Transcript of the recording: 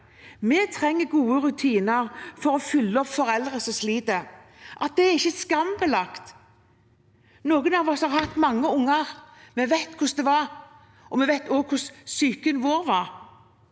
Vi trenger gode rutiner for å følge opp foreldre som sliter. Det er ikke skambelagt. Noen av oss har hatt mange unger. Vi vet hvordan det var, og vi vet også hvordan psyken vår var.